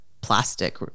plastic